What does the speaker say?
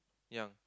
young